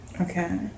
Okay